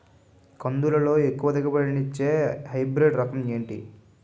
కందుల లో ఎక్కువ దిగుబడి ని ఇచ్చే హైబ్రిడ్ రకం ఏంటి?